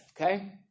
Okay